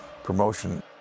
Promotion